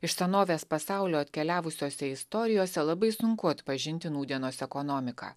iš senovės pasaulio atkeliavusiose istorijose labai sunku atpažinti nūdienos ekonomiką